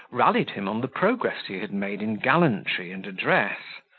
rallied him on the progress he had made in gallantry and address.